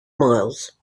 miles